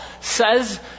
says